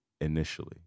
initially